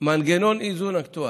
מנגנון איזון אקטוארי.